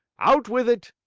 out with it!